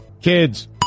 Kids